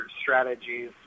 strategies